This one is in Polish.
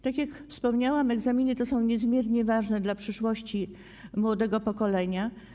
Tak jak wspomniałam, egzaminy te są niezmiernie ważne dla przyszłości młodego pokolenia.